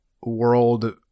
world